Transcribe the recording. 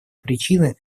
причины